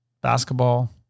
basketball